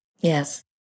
Yes